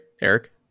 Eric